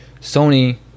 Sony